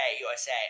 USA